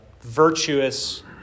virtuous